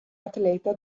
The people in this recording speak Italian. atleta